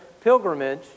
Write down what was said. pilgrimage